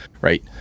Right